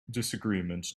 disagreement